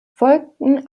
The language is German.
folgten